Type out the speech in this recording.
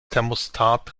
thermostat